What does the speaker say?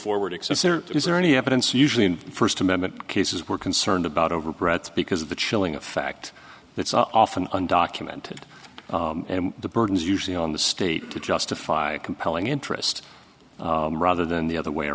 forward is there any evidence usually in first amendment cases we're concerned about over bret's because of the chilling effect that's often undocumented and the burden is usually on the state to justify compelling interest rather than the other way